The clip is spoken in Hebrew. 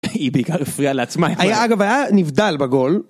היא בעיקר הפריעה לעצמה, אגב היה נבדל בגול.